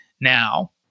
now